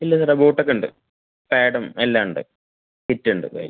ഇല്ല സാറേ ബൂട്ടൊക്കെ ഉണ്ട് പാഡും എല്ലാം ഉണ്ട് കിറ്റുണ്ട് കയ്യിൽ